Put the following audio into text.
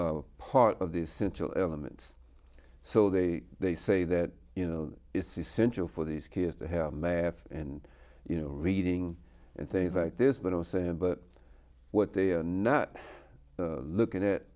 part of the essential elements so they they say that you know it's essential for these kids to have math and you know reading and things like this but i was saying but what they are not looking at